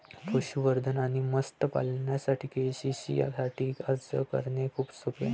पशुसंवर्धन आणि मत्स्य पालनासाठी के.सी.सी साठी अर्ज करणे खूप सोपे आहे